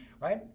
right